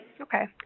Okay